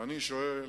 ואני שואל,